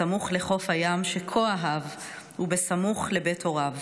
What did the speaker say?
סמוך לחוף הים שכה אהב וסמוך לבית הוריו.